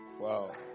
Wow